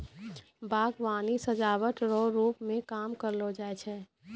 बागवानी सजाबट रो रुप मे काम करलो जाय छै